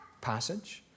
passage